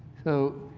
so,